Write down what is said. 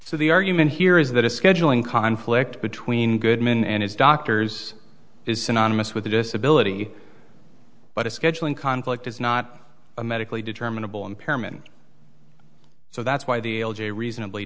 so the argument here is that a scheduling conflict between goodman and his doctors is synonymous with a disability but a scheduling conflict is not a medically determinable impairment so that's why the a reasonably